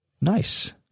Nice